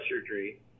surgery